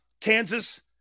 Kansas